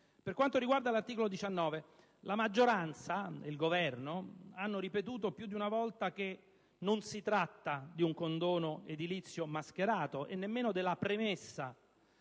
Per quanto riguarda l'articolo 19, la maggioranza e il Governo hanno ripetuto più di una volta che non si tratta di un condono edilizio mascherato e nemmeno della premessa